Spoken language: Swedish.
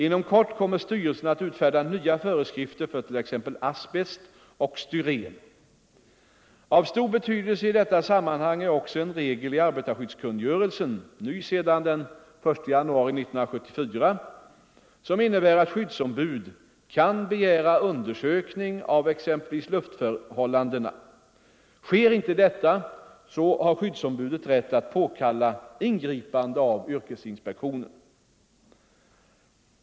Inom kort kommer styrelsen att utfärda nya föreskrifter för t.ex. asbest och styren. Av stor betydelse i detta sammanhang är också en regel i arbetarskyddskungörelsen — ny sedan den 1 januari 1974 — som innebär att skyddsombud kan begära undersökning av exempelvis luftförhållandena. Sker inte detta har skyddsombudet rätt att påkalla ingripande av yrkesinspektionen.